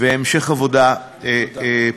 והמשך עבודה פורייה.